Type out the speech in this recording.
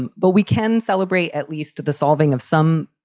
and but we can celebrate at least the solving of some.